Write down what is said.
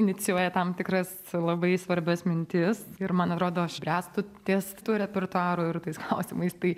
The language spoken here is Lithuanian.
inicijuoja tam tikras labai svarbias mintis ir man atrodo aš bręstu ties tuo repertuar ir tais klausimais tai